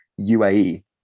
UAE